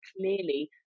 clearly